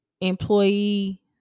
employee